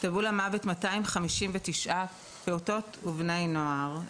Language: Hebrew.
טבעו למוות 259 פעוטות ובני נוער.